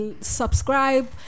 subscribe